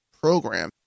program